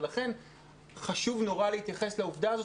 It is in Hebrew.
לכן חשוב נורא להתייחס לעובדה הזאת,